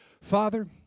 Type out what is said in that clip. Father